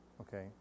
okay